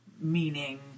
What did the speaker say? meaning